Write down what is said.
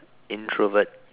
introvert